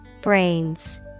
Brains